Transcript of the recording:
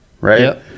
right